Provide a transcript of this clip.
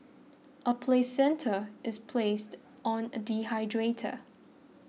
a placenta is placed on a dehydrator